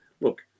look